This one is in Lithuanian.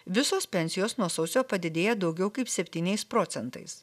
visos pensijos nuo sausio padidėja daugiau kaip septyniais procentais